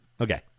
Okay